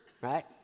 right